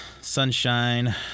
Sunshine